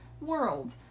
world